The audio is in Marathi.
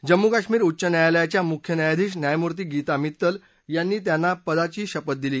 जम्मू काश्मीर उच्च न्यायालयाच्या मुख्य न्यायाधीश न्यायमूर्ती गीता मित्तल यांनी त्यांना पदाची शपथ दिली